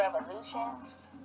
Revolutions